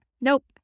Nope